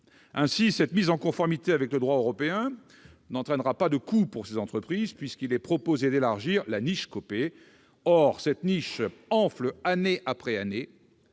Ainsi, cette mise en conformité avec le droit européen n'entraînera pas de coût pour ces entreprises, puisqu'il est proposé d'élargir la « niche Copé ». Or cette niche enfle année après année.